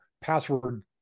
password